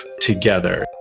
together